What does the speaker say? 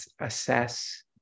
assess